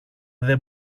δεν